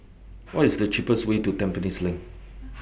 What IS The cheapest Way to Tampines LINK